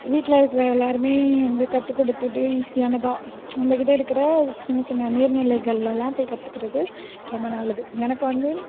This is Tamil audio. வீட்டில் இருக்கிற எல்லாரும் வந்து கத்துக்குடுத்துட்டு ஈஸியானதாக நம்மக்கிட்ட இருக்கிற சின்ன சின்ன நீர்நிலைங்களெல்லாம் போய் கத்துக்கிறது ரொம்ப நல்லது எனக்கு வந்து